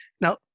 Now